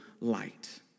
Light